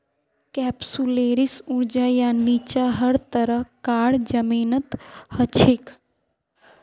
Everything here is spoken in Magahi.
कैप्सुलैरिस ऊंचा या नीचा हर तरह कार जमीनत हछेक